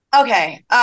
Okay